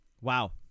wow